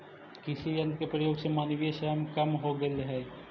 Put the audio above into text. कृषि यन्त्र के प्रयोग से मानवीय श्रम कम हो गेल हई